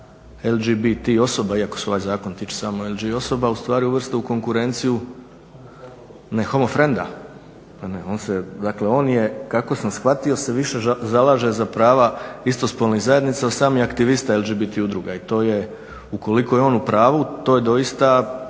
LGDB osoba iako se ovaj zakon tiče samo LG osoba ustvari uvrste u konkurenciju ne homo frenda, dakle on je kako sam shvatio se više zalaže za prava istospolnih zajednica i samih aktivista LGDB udruga i to je, ukoliko je on u pravu, to je doista